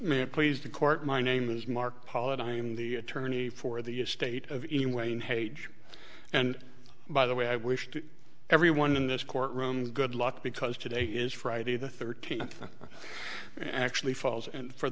it please the court my name is mark pollard i'm the attorney for the estate of even wayne hage and by the way i wish to everyone in this courtroom good luck because today is friday the thirteenth actually falls and for